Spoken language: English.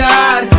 God